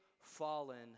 fallen